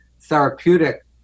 therapeutic